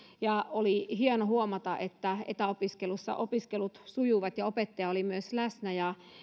ja oli hieno huomata että etäopiskelussa opiskelut sujuvat ja opettaja oli myös läsnä